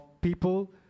people